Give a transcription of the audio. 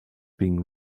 being